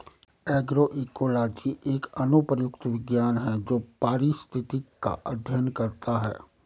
agroecology एक अनुप्रयुक्त विज्ञान है जो पारिस्थितिक का अध्ययन करता है